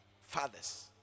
fathers